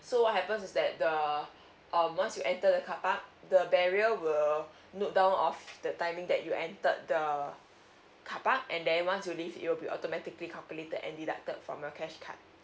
so what happen is that the um once you enter the carpark the barrier will note down of the timing that you entered the carpark and then once you leave it will be automatically calculated and deducted from your cash card